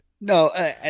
No